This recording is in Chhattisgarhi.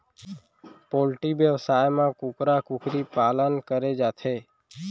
पोल्टी बेवसाय म कुकरा कुकरी पालन करे जाथे